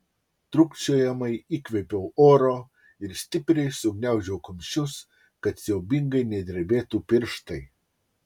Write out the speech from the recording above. trūkčiojamai įkvėpiau oro ir stipriai sugniaužiau kumščius kad siaubingai nedrebėtų pirštai